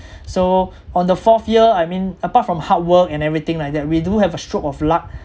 so on the fourth year I mean apart from hard work and everything like that we do have a stroke of luck